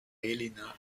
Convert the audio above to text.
helena